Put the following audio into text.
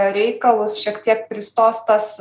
reikalus šiek tiek pristos tas